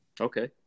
Okay